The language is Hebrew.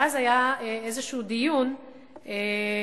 ואז היה איזשהו דיון שבו,